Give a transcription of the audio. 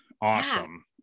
Awesome